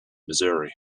missouri